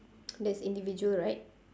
that is individual right